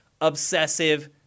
obsessive